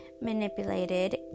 manipulated